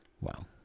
Wow